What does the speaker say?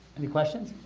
any questions